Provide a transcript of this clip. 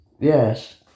yes